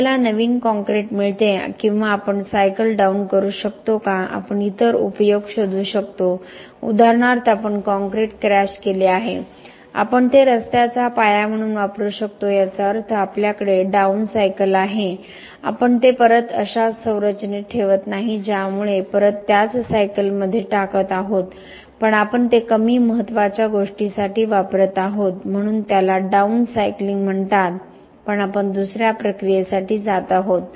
आपल्याला नवीन काँक्रीट मिळते किंवा आपण सायकल डाउन करू शकतो का आपण इतर उपयोग शोधू शकतो उदाहरणार्थ आपण काँक्रीट क्रश केले आहे आपण ते रस्त्याचा पाया म्हणून वापरू शकतो याचा अर्थ आपल्याकडे डाउन सायकल आहे आपण ते परत अशा संरचनेत ठेवत नाही ज्यामुळे परत त्याच सायकल मध्ये टाकत आहोत पण आपण ते कमी महत्वाच्या गोष्टीसाठी वापरत आहोत म्हणून त्याला डाऊन सायकलिंग म्हणतात पण आपण दुसऱ्या प्रक्रियेसाठी जात आहोत